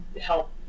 help